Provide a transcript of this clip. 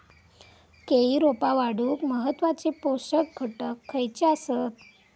केळी रोपा वाढूक महत्वाचे पोषक घटक खयचे आसत?